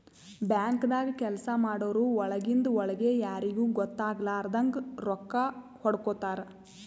ಬ್ಯಾಂಕ್ದಾಗ್ ಕೆಲ್ಸ ಮಾಡೋರು ಒಳಗಿಂದ್ ಒಳ್ಗೆ ಯಾರಿಗೂ ಗೊತ್ತಾಗಲಾರದಂಗ್ ರೊಕ್ಕಾ ಹೊಡ್ಕೋತಾರ್